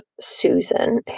Susan